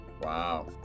Wow